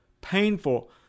painful